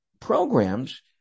programs